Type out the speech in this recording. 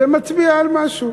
זה מצביע על משהו.